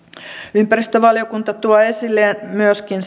ympäristövaliokunta tuo esille myöskin